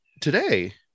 today